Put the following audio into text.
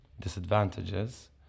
disadvantages